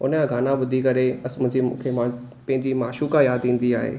हुनजा गाना ॿुधी करे अस मुंहिंजी मु मूंखे पंहिंजी माशूका यादि इंदी आहे